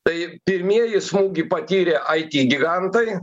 tai pirmieji smūgį patyrė it gigantai